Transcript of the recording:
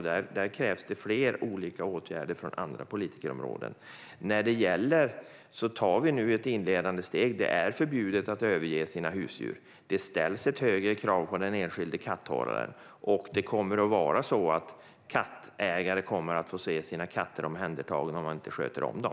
Här krävs det fler åtgärder från andra politikerområden. Vi tar nu ett inledande steg. Det är förbjudet att överge sina husdjur. Det ställs högre krav på den enskilde katthållaren, och kattägare kommer att få se sina katter omhändertagna om de inte sköter om dem.